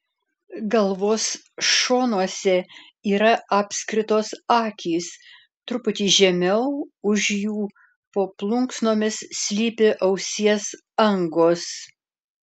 galvos šonuose yra apskritos akys truputį žemiau už jų po plunksnomis slypi ausies angos